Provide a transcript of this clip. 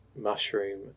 mushroom